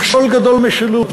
מכשול גדול למשילות,